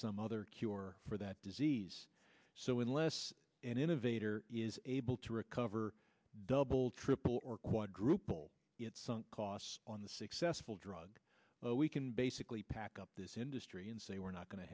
some other cure for that disease so unless an innovator is able to recover double triple or quadruple sunk costs on the successful drug we can basically pack up this industry and say we're not going to